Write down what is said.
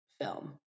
film